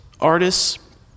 artists